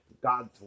God's